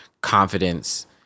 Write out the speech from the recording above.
confidence